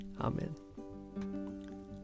Amen